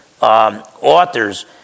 authors